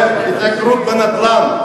זה התייקרות בנדל"ן,